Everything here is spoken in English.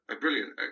brilliant